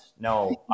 no